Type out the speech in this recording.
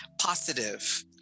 positive